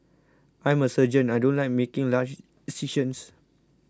I'm a surgeon I don't like making large incisions